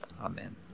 Amen